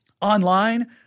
online